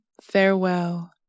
farewell